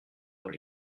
dans